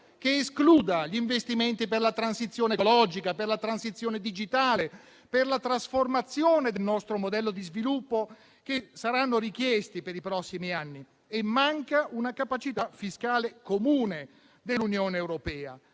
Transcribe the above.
che escluda gli investimenti per la transizione ecologica, per la transizione digitale e per la trasformazione del nostro modello di sviluppo che saranno richiesti per i prossimi anni. Manca una capacità fiscale comune dell'Unione europea,